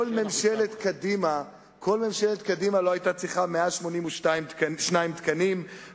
כל ממשלת קדימה לא היתה צריכה 182 תקנים,